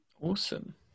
awesome